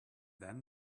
then